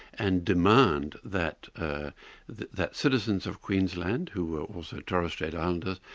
and demand that that that citizens of queensland who were also torres strait um and